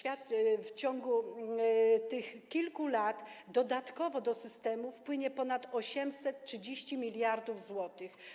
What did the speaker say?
W ciągu tych kilku lat dodatkowo do systemu wpłynie ponad 830 mld zł.